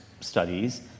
studies